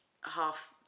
half